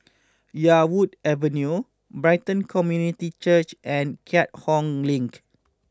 Yarwood Avenue Brighton Community Church and Keat Hong Link